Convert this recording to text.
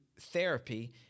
therapy